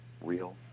real